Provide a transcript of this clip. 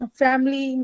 family